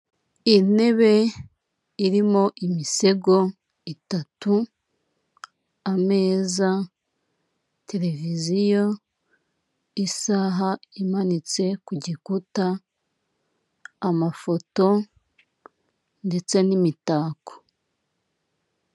Intebe irimo imisego itatu, ameza, televiziyo, isaha imanitse ku gikuta, amafoto ndetse n'imitako.